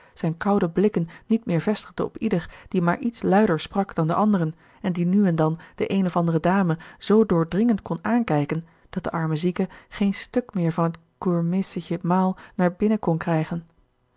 zijn koude blikken niet meer vestigde op ieder die maar iets luider sprak dan de anderen en die nu en dan de eene of andere dame zoo doordringend kon aankijken dat de arme zieke geen stuk meer van het kurmässige maal naar binnen kon krijgen